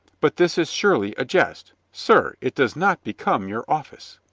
but this is surely a jest. sir, it does not become your office.